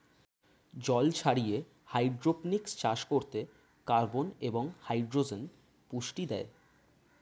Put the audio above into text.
জল ছাড়িয়ে হাইড্রোপনিক্স চাষ করতে কার্বন এবং হাইড্রোজেন পুষ্টি দেয়